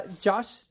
Josh